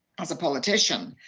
as a politician,